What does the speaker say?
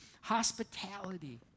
Hospitality